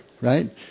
Right